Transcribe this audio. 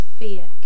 fear